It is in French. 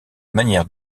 manière